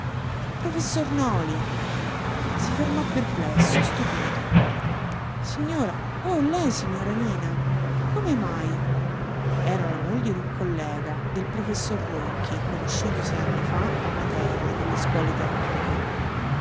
professor noli si fermò perplesso stupito signora oh lei signora nina come mai era la moglie d'un collega del professor ronchi conosciuto sei anni fa a matera nelle scuole tecniche